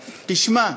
תשמע,